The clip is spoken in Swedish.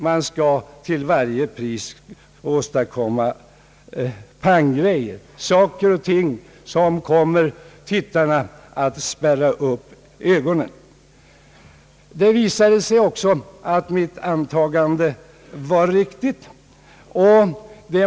Man skall till varje pris åstadkomma sådant som kommer tittarna att spärra upp ögonen. Det visade sig också att mitt antagande var riktigt.